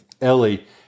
Ellie